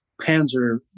panzer